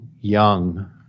young